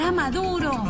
Maduro